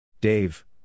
Dave